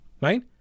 Right